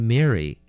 Mary